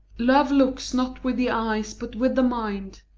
love looks not with the eyes, but with the mind